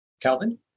Calvin